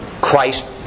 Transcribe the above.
Christ